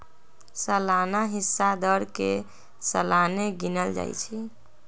सलाना हिस्सा दर के सलाने गिनल जाइ छइ